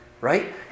right